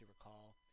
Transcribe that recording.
recall